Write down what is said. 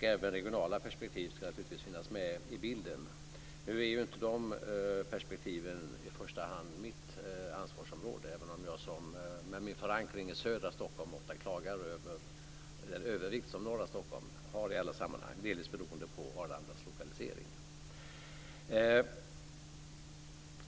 Även regionala perspektiv ska naturligtvis finnas med i bilden. De perspektiven är ju inte i första hand mitt ansvarsområde, även om jag med min förankring i södra Stockholm ofta klagar över den övervikt som norra Stockholm har i alla sammanhang, delvis beroende på Arlandas lokalisering.